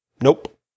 Nope